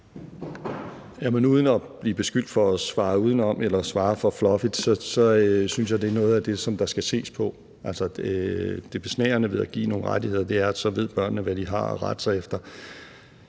for at svare udenom eller svare for fluffy synes jeg, det er noget af det, der skal ses på. Det besnærende ved at give nogle rettigheder er, at så ved børnene, hvad de har at rette sig efter.